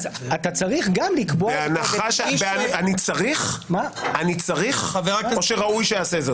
אתה צריך גם לקבוע --- אני צריך או שראוי שאעשה זאת?